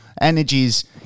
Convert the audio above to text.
energies